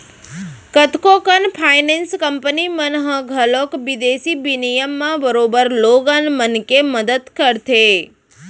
कतको कन finance company मन ह घलौक बिदेसी बिनिमय म बरोबर लोगन मन के मदत करथे